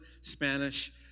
Spanish